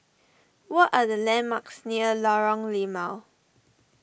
what are the landmarks near Lorong Limau